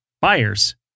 buyers